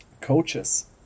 coaches